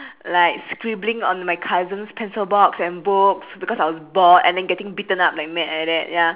like scribbling on my cousin's pencil box and books because I was bored and then getting beaten up like mad like that ya